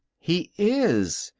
he is.